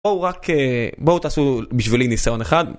בואו רק... בואו תעשו בשבילי ניסיון אחד.